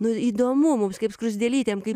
nu įdomu mums kaip skruzdėlytėm kaip